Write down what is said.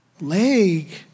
Leg